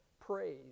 praise